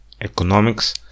economics